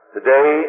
Today